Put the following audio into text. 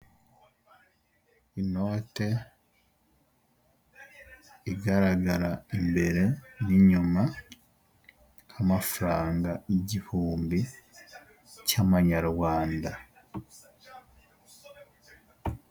Inote igaragara imbere n'nyuma, amafaranga igihumbi cy'amanyarwanda.